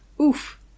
Oof